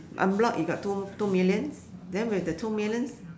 en-bloc you got two two millions then with the two millions